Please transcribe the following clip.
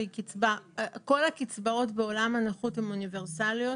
כל הקצבאות בעולם הנכות הן אוניברסליות,